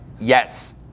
yes